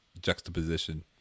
juxtaposition